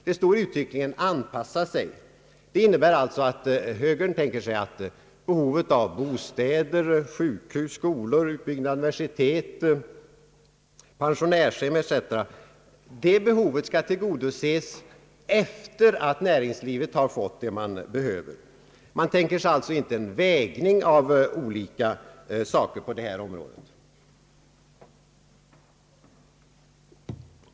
Det står uttryckligen »anpassa sig», vilket alltså innebär att högern tänker sig att behovet av bostäder, sjukhus, skolor samt utbyggnaden av universitet, pensionärshem etc. skall tillgodoses efter det att näringslivet har fått vad det behöver. Högern tänker sig alltså inte en vägning av olika behov på detta område.